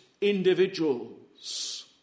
individuals